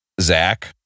Zach